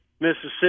Mississippi